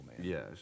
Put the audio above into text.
Yes